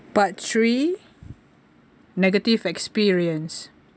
part three negative experience